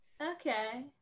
Okay